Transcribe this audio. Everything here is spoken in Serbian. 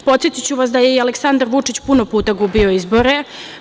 Podsetiću vas da je i Aleksandar Vučić puno puta gubio izbore.